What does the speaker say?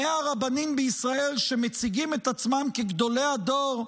100 רבנים בישראל, שמציגים את עצמם כגדולי הדור,